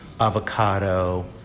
avocado